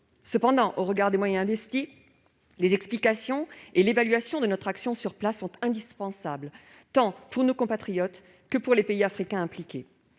Reste que, au regard des moyens investis, ces explications et une évaluation de notre action sur place sont indispensables, tant pour nos compatriotes que pour les pays africains impliqués.